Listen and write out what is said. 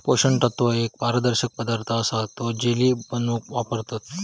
पोषण तत्व एक पारदर्शक पदार्थ असा तो जेली बनवूक वापरतत